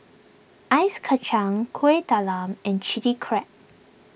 Ice Kachang Kuih Talam and Chilli Crab